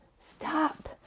stop